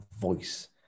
voice